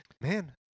Man